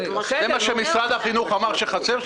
מה שמשרד החינוך אמר שחסר.